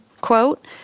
Quote